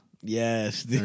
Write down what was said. Yes